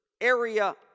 area